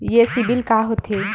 ये सीबिल का होथे?